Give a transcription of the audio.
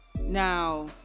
Now